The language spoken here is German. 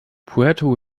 puerto